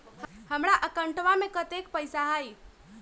हमार अकाउंटवा में कतेइक पैसा हई?